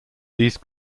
these